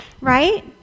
Right